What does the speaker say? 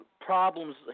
problems